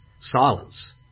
silence